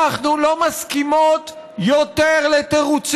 אנחנו לא מסכימות יותר לתירוצים,